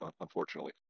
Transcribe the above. unfortunately